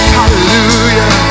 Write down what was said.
Hallelujah